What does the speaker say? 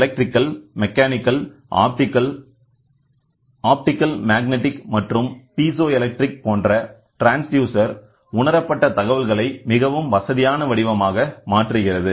electrical mechanical optical magnetic மற்றும் piezoelectric போன்ற transducer உணரப்பட்ட தகவல்களை மிகவும் வசதியான வடிவமாக மாற்றுகிறது